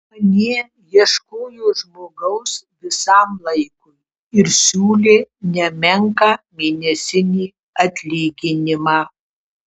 anie ieškojo žmogaus visam laikui ir siūlė nemenką mėnesinį atlyginimą